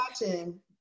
Watching